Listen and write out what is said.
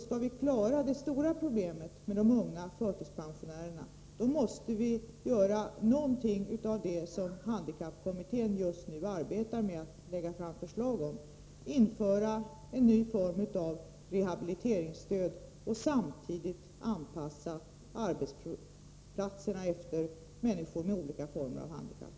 Skall vi klara det stora problemet — de unga förtidspensionärerna — måste vi göra någonting av det som handikappkommittén just nu håller på att utarbeta förslag om. Det gäller att införa en ny form av rehabiliteringsstöd och att samtidigt anpassa arbetsplatserna efter de behov som människor med olika handikapp har.